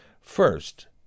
First